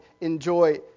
enjoy